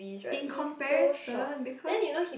in comparison because